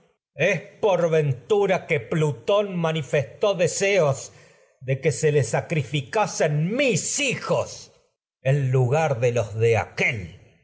es por ventura que plutón tragedias de sófocles manifestó deseos de que se le sacrificasen mis hijos en lugar de los de el